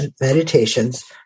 Meditations